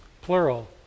plural